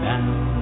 now